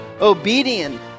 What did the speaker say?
obedient